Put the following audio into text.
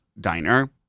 Diner